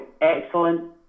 excellent